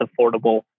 affordable